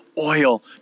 Oil